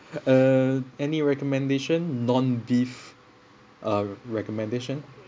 uh any recommendation non beef uh recommendation